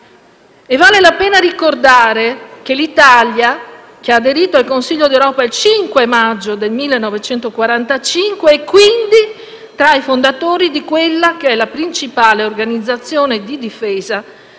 Vale la pena ricordare che l'Italia, che ha aderito al Consiglio d'Europa il 5 maggio 1945, è tra i fondatori di quella che è la principale organizzazione di difesa dei